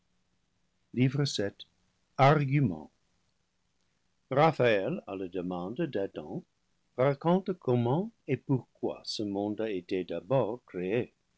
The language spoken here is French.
livre septième argument raphaël à la demande d'adam raconte comment et pourquoi ce monde a été d'abord créé